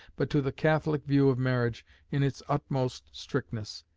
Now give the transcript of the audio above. but to the catholic view of marriage in its utmost strictness,